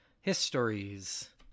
histories